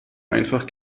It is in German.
einfach